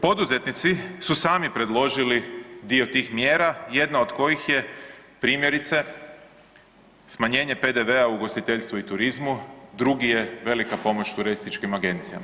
Poduzetnici su sami predložili dio tih mjera jedna od kojih je primjerice smanjenje PDV-a u ugostiteljstvu i turizmu, drugi je velika pomoć turističkim agencijama.